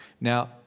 Now